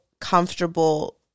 comfortable